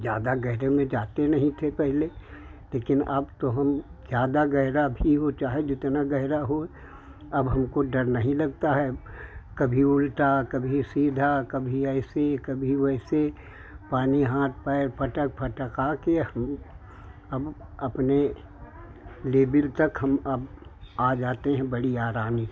ज़्यादा गहरे में जाते नहीं थे पहले लेकिन अब तो हम ज़्यादा गहरा भी हो चाहे जितना गहरा हो अब हमको डर नहीं लगता है कभी उल्टा कभी सीधा कभी ऐसे कभी वैसे पानी यहाँ पैर फटक फटक आकर हम हम अपने दो दिन तक हम अप आ जाते हैं बड़ी आराम